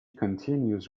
continues